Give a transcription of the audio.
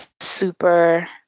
super